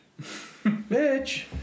Bitch